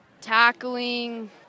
Tackling